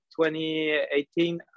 2018